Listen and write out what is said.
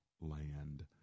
land